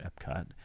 Epcot